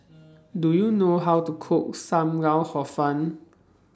Do YOU know How to Cook SAM Lau Hor Fun